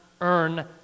earn